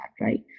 right